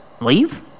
Leave